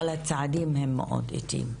אבל הצעדים הם מאוד איטיים.